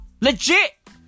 Legit